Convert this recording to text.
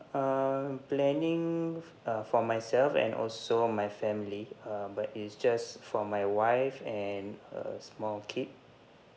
uh planning uh for myself and also my family uh but it's just for my wife and a small kid